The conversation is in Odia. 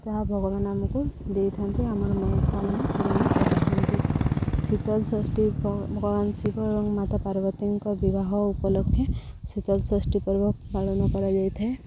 ତାହା ଭଗବାନ ଆମକୁ ଦେଇଥାନ୍ତି ଆମର ମନସ୍କାମନା ପୂରଣ କରିଥାନ୍ତି ଶୀତଳ ଷଷ୍ଠୀ ଭଗବାନ ଶିବ ଏବଂ ମାତା ପାର୍ବତୀଙ୍କ ବିବାହ ଉପଲକ୍ଷେ ଶୀତଳଷଷ୍ଠୀ ପର୍ବ ପାଳନ କରାଯାଇଥାଏ